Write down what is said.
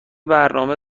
برنامه